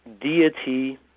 deity